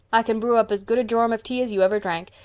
i can brew up as good a jorum of tea as you ever drank.